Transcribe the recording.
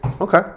okay